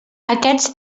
aquests